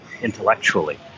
intellectually